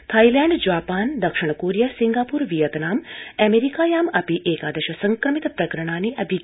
Thailand Japan दक्षिण Korea Singapore Vietnam अमेरिकायामपि एकादश संक्रमित प्रकरणानि अभिज्ञातानि